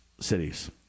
cities